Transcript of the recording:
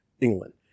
England